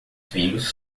filhos